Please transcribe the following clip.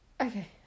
okay